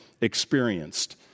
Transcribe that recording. experienced